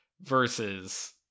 Versus